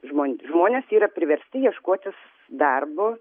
žmon žmonės yra priversti ieškotis darbo